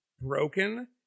broken